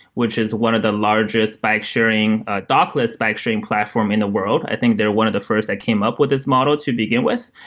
which is one of the largest bikesharing, dockless bikesharing platform in the world. i think they're one of the first that came up with this model to begin with.